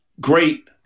great